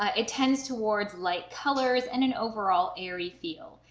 ah it tends towards light colors and an overall airy feel.